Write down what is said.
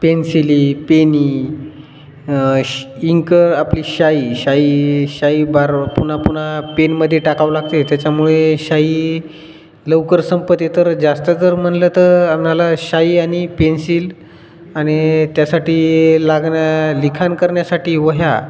पेन्सिली पेनी श इंक आपली शाई शाई शाई बार पुन्हा पुन्हा पेनमध्ये टाकावं लागते त्याच्यामुळे शाई लवकर संपती तर जास्त जर म्हणलं तर आम्हाला शाई आणि पेन्सिल आणि त्यासाठी लागण्या लिखाण करण्यासाठी वह्या